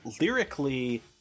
lyrically